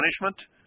punishment